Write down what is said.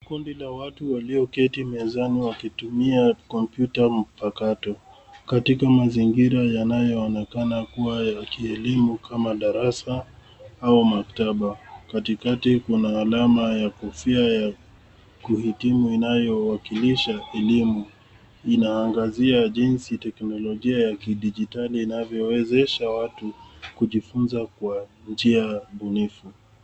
Kundi la watu walioketi mezani wakitumia kompyuta mpakato, katika mazingira yanayoonekana kuwa ya kielimu kama darasa au maktaba. Katikati kuna alama ya kofia ya kuhitimu inayowakilisha elimu. Inaangazia jinsi teknolojia ya kidijitali inavyowezesha watu kujifunza kwa njia mbunifu.